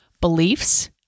beliefs